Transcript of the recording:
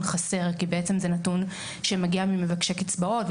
חסר כי בעצם זה נתון שמגיע ממבקשי קצבאות,